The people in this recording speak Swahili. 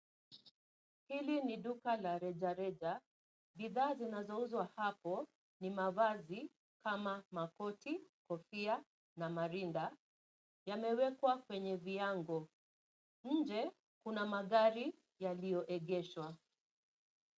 Hili ni duka la reja reja. Bidhaa zinazouzwa hapo ni mavazi kama makoti, kofia na marinda, yamewekwa kwenye viango. Nje kuna magari yaliyoegeshwa.